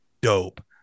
dope